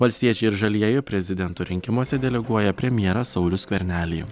valstiečiai ir žalieji prezidento rinkimuose deleguoja premjerą saulių skvernelį